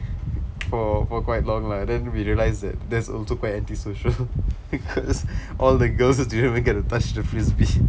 for for quite long lah then we realize that that's also quite antisocial because all the girls didn't even get to touch the frisbee